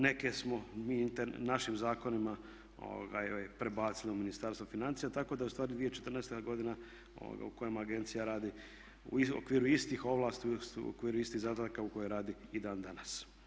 Neke smo mi našim zakonima prebacili u Ministarstvo financija, tako da je u stvari 2014. godina u kojem agencija radi u okviru istih ovlasti, u okviru istih zadataka u koje radi i dan danas.